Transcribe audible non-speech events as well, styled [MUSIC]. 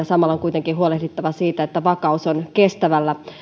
[UNINTELLIGIBLE] samalla on kuitenkin huolehdittava siitä että vakaus on kestävällä